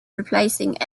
replacing